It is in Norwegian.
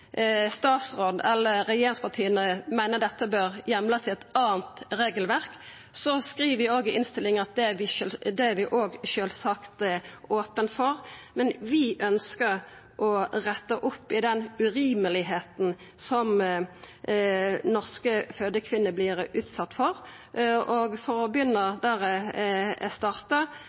statsråden eller regjeringspartia meiner at dette bør heimlast i eit anna regelverk, skriv vi i innstillinga at det er vi sjølvsagt opne for, men at vi ønskjer å retta opp i det urimelege som norske fødekvinner vert utsette for. Og for å avslutta der eg starta: